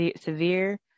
severe